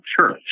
church